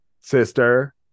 sister